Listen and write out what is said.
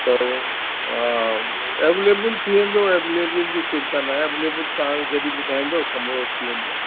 त उहो हा अवेलेबल थी वेंदो अवेलेबल जी चिंता न आहे अवेलेबल तव्हांखे जॾहिं ॿुधाईंदव कमरो थी वेंदो